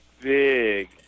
big